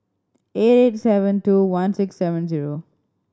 eight eight seven two one six seven zero